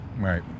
right